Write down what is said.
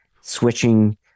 switching